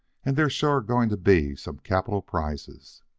and there's sure going to be some capital prizes.